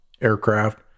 aircraft